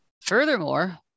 Furthermore